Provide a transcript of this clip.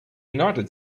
united